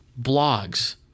blogs